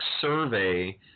survey